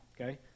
Okay